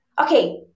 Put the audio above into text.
okay